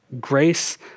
grace